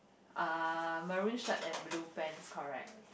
uh maroon shirt and blue pants correct